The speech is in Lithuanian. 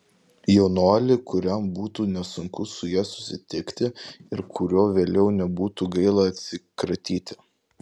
jaunuolį kuriam būtų nesunku su ja susitikti ir kuriuo vėliau nebūtų gaila atsikratyti